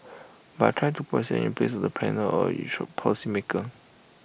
but I try to put in the place of A planner or policy maker